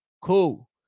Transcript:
Cool